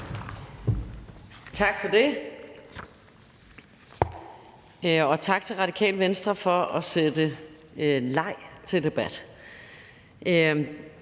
Tak for det, og tak til Radikale Venstre for at sætte leg til debat.